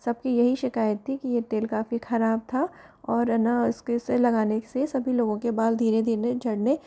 सबकी यही शिकायत थी कि ये तेल काफ़ी खराब था और ना उसे लगाने से सभी लोगों के बाल धीरे धीरे झड़ने